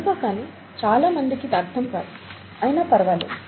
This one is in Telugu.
ఎందుకో కానీ చాలా మందికి ఇది అర్థం కాదు అయినా పర్వాలేదు